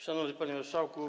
Szanowny Panie Marszałku!